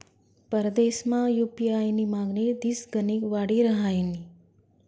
परदेसमा यु.पी.आय नी मागणी दिसगणिक वाडी रहायनी